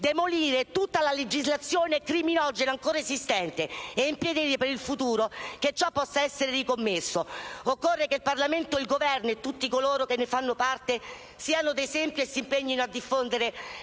Demolire tutta la legislazione criminogena ancora esistente e impedire per il futuro che fatti del genere possano nuovamente accadere. Occorre che il Parlamento, il Governo e tutti coloro che ne fanno parte siano di esempio e si impegnino a diffondere